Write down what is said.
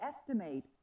estimate